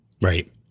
Right